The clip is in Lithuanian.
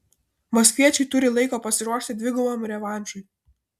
maskviečiai turi laiko pasiruošti dvigubam revanšui